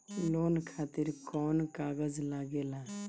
Loan खातिर कौन कागज लागेला?